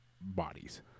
bodies